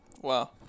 Wow